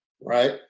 right